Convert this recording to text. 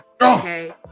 okay